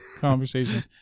conversation